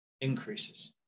increases